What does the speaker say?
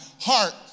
heart